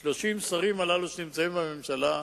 30 השרים הללו שנמצאים בממשלה,